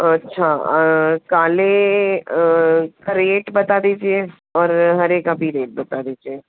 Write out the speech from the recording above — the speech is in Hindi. अच्छा काले का रेट बता दीजिए और हरे का भी रेट बता दीजिए